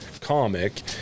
comic